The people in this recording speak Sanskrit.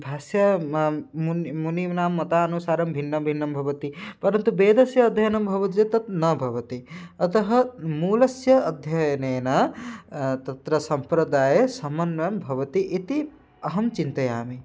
भाष्ये मा मुनिः मुनीनां मतानुसारं भिन्नभिन्नं भवति परन्तु वेदस्य अध्ययनं भवति चेत् तत् न भवति अतः मूलस्य अध्ययनेन तत्र सम्प्रदाये समन्वयं भवति इति अहं चिन्तयामि